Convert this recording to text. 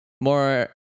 more